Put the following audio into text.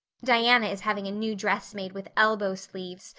diana is having a new dress made with elbow sleeves.